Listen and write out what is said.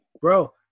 bro